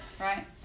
Right